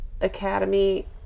academy